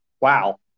wow